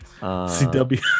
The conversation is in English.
CW